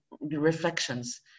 reflections